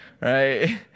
right